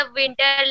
winter